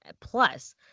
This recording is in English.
plus